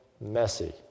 messy